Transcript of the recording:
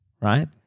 right